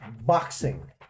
boxing